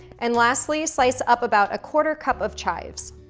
and lastly, slice up about a quarter cup of chives.